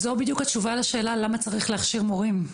זו בדיוק התשובה לשאלה למה צריך להכשיר מורים.